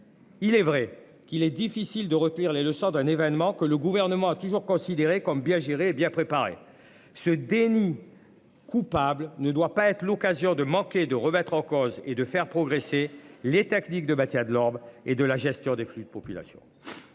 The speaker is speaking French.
Il est vrai qu'il est difficile de retenir les leçons d'un événement que le gouvernement a toujours considéré comme bien bien préparé ce déni. Coupable ne doit pas être l'occasion de manquer de remettre en cause et de faire progresser les tactiques de matière, de l'ordre et de la gestion des flux de population.